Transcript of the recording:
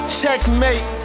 checkmate